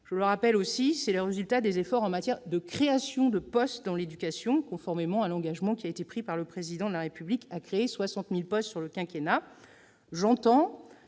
Je le rappelle, c'est aussi le résultat des efforts en matière de créations de postes dans l'éducation, conformément à l'engagement du Président de la République de créer 60 000 postes sur le quinquennat.